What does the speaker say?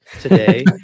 today